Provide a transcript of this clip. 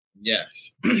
Yes